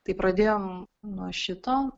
tai pradėjom nuo šito